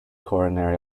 coronary